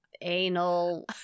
anal